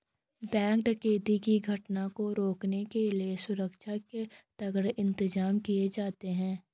bank डकैती की घटना को रोकने के लिए सुरक्षा के तगड़े इंतजाम किए जाते हैं